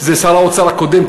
זה שר האוצר הקודם,